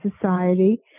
society